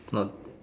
not